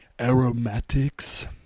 aromatics